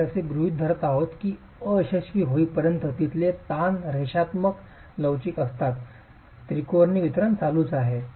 आम्ही असे गृहीत धरत आहोत की अयशस्वी होईपर्यंत तिथले ताण रेषात्मक लवचिक असतात त्रिकोणी वितरण चालूच आहे